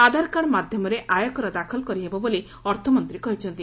ଆଧାର card ମାଧ୍ୟମରେ ଆୟକର ଦାଖଲ କରିହେବ ବୋଲି ଅର୍ଥମନ୍ତୀ କହିଛନ୍ତି